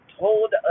told